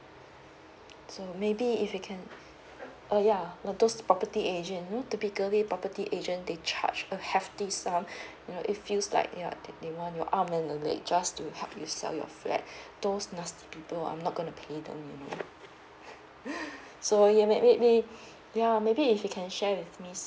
so maybe if you can ah yeah those property agent typically property agent they charge a hefty sum you know it feels like yeah they want your arm and leg just to help you sell your flat those nasty people so I'm not gonna to pay them you know be the um so yeuh maybe ya maybe you can share with me